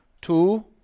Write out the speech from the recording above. Two